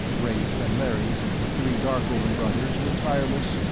rafe and lerrys and the three darkovan brothers were tireless,